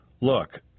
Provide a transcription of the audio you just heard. Look